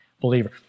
believer